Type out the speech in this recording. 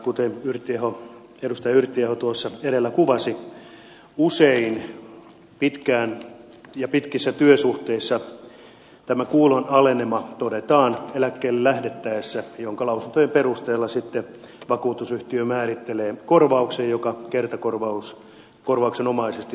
kuten edustaja yrttiaho tuossa edellä kuvasi usein pitkissä työsuhteissa tämä kuulon alenema todetaan eläkkeelle lähdettäessä ja lausuntojen perusteella sitten vakuutusyhtiö määrittelee korvauksen joka kertakorvauksenomaisesti suoritetaan vakuutetulle